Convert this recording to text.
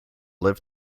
live